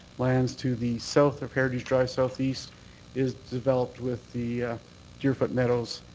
lands to the south of heritage drive southeast is developed with the deerfoot meadows